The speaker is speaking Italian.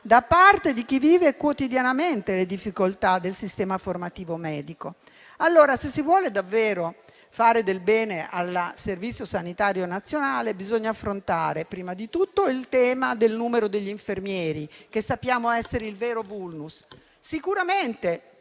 da parte di chi vive quotidianamente le difficoltà del sistema formativo medico. Se si vuole davvero fare del bene al servizio sanitario nazionale, bisogna affrontare prima di tutto il tema del numero degli infermieri, che sappiamo essere il vero *vulnus*. Io sono